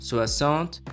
Soixante